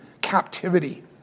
captivity